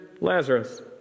Lazarus